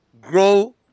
grow